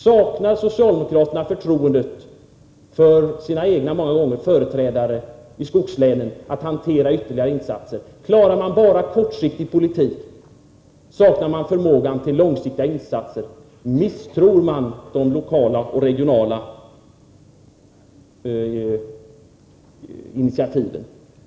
Saknar socialdemokraterna förtroende för sina egna företrädare i skogslänen att hantera ytterligare insatser? Klarar man bara kortsiktig politik? Saknar man förmågan till långsiktiga insatser? Misstror man de lokala och regionala initiativen?